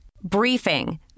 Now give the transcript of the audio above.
Briefing